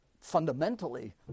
fundamentally